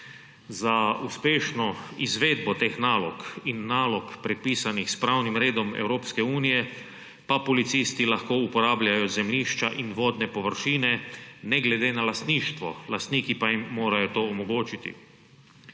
Za uspešno izvedbo teh nalog in nalog, prepisanih s pravnim redom Evropske unije, pa policisti lahko uporabljajo zemljišča in vodne površine ne glede na lastništvo, lastniki pa jim morajo to omogočiti.